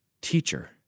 teacher